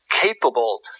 capable